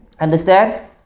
Understand